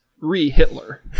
re-Hitler